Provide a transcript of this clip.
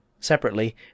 Separately